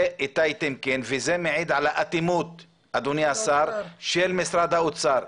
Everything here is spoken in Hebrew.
זה איתי טמקין וזה מעיד על האטימות של משרד האוצר.